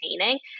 entertaining